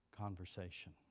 conversation